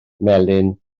melin